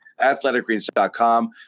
Athleticgreens.com